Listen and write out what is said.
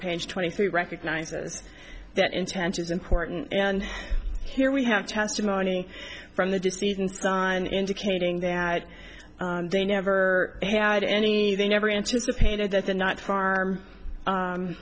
page twenty three recognizes that intentions important and here we have testimony from the deceased and indicating that they never had any they never anticipated that the not far